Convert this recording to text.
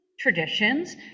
traditions